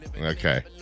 Okay